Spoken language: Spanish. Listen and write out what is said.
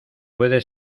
puede